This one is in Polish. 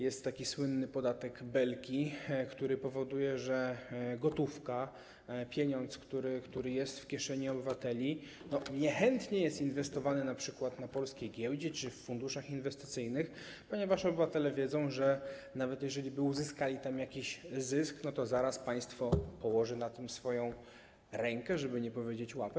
Jest taki słynny podatek Belki, który powoduje, że gotówka, pieniądz, który jest w kieszeni obywateli, jest niechętnie inwestowany np. na polskiej giełdzie czy w funduszach inwestycyjnych, ponieważ obywatele wiedzą, że nawet jeżeliby uzyskali jakiś zysk, to zaraz państwo położy na tym swoją rękę, żeby nie powiedzieć: łapę.